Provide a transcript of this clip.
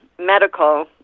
medical